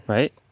Right